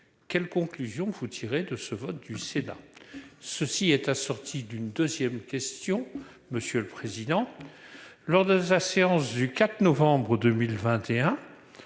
quelles conclusions vous tirer de ce vote du Sénat, ceci est assorti d'une 2ème question, monsieur le président, lors de sa séance du 4 novembre 2021,